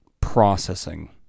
processing